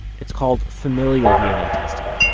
it's called familial dna testing.